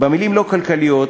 במילים לא כלכליות,